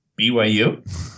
BYU